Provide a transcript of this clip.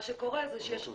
מה שקורה זה שיש עומס.